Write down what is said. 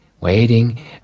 waiting